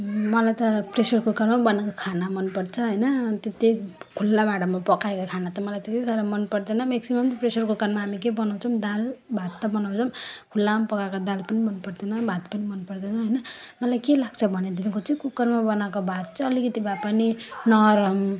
मलाई त प्रेसर कुकरमा बनाएको खाना मनपर्छ होइन अन्त त्यही खुल्ला भाँडामा पकाएको खाना त मलाई त्यति साह्रो मनपर्दैन म्याक्सिमम प्रेसर कुकरमा हामी के बनाउँछौँ दाल भात त बनाउँछौँ खुल्लामा पकाएको दाल पनि मनपर्दैन भात पनि मनपर्दैन होइन मलाई के लाग्छ भनेदेखिको चाहिँ कुकरमा बनाएको भात चाहिँ अलिकति भए पनि नरम